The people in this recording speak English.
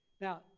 Now